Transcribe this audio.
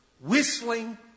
whistling